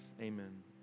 Amen